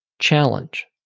challenge